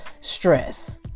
stress